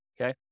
Okay